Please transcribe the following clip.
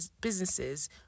businesses